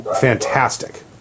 fantastic